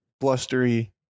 blustery